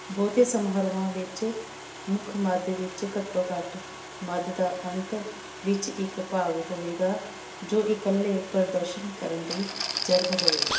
ਬਹੁਤੇ ਸਮਾਰੋਹਾਂ ਵਿੱਚ ਮੁੱਖ ਮਦ ਵਿੱਚ ਘੱਟੋ ਘੱਟ ਮਦ ਦਾ ਅੰਤ ਵਿੱਚ ਇੱਕ ਭਾਗ ਹੋਵੇਗਾ ਜੋ ਇਕੱਲੇ ਪ੍ਰਦਰਸ਼ਨ ਕਰਨ ਲਈ ਜਰਬ ਹੋਵੇਗਾ